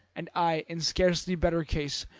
and i, in scarcely better case,